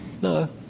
No